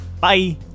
bye